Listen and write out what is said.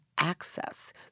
access